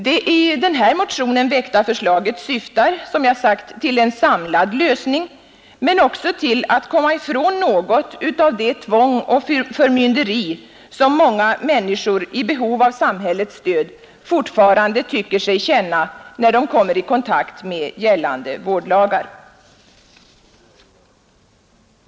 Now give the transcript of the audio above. Den här föreliggande motionen syftar, som jag sagt, till en samlad lösning men också till att komma ifrån något av det tvång och förmynderi som många människor i behov av samhällets stöd fortfarande tycker sig uppleva när de kommer i kontakt med gällande vårdlagar.